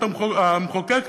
לרשות המחוקקת.